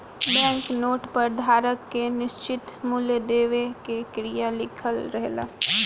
bank note पर धारक के निश्चित मूल देवे के क्रिया लिखल रहेला